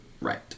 right